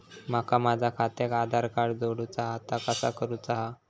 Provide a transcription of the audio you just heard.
माका माझा खात्याक आधार कार्ड जोडूचा हा ता कसा करुचा हा?